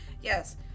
Yes